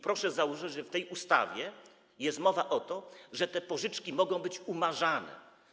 Proszę zauważyć, że w tej ustawie jest mowa o tym, że te pożyczki mogą być umarzane.